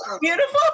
Beautiful